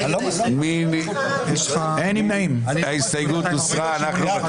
הצבעה ההסתייגות לא התקבלה.